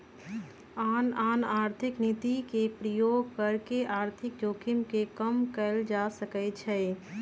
आन आन आर्थिक नीति के प्रयोग कऽ के आर्थिक जोखिम के कम कयल जा सकइ छइ